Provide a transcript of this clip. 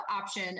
option